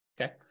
Okay